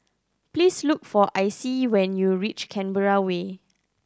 please look for Icie when you reach Canberra Way